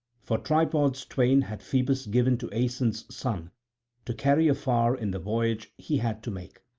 for tripods twain had phoebus given to aeson's son to carry afar in the voyage he had to make,